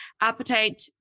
appetite